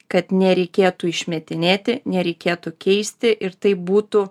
kad nereikėtų išmetinėti nereikėtų keisti ir taip būtų